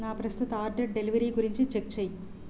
నా ప్రస్తుత order delivery గురించి చెక్ చెయ్యి